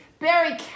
Barry